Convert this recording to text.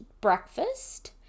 breakfast